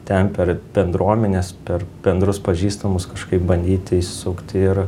ten per bendruomenes per bendrus pažįstamus kažkaip bandyti išsukti ir